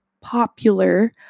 popular